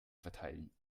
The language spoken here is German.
verteilen